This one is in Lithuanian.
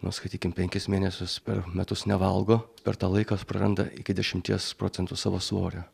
na skaitykim penkis mėnesius per metus nevalgo per tą laiką praranda iki dešimties procentų savo svorio